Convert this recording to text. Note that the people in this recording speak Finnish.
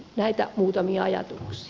näitä muutamia ajatuksia